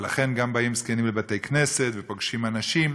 ולכן גם באים זקנים לבתי-כנסת ופוגשים אנשים,